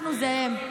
אנחנו זה הם.